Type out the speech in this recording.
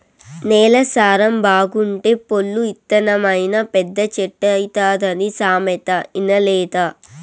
నేల సారం బాగుంటే పొల్లు ఇత్తనమైనా పెద్ద చెట్టైతాదన్న సామెత ఇనలేదా